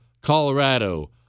Colorado